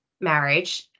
marriage